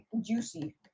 juicy